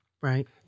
Right